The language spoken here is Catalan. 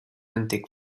antic